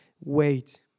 Wait